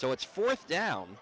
so it's fourth down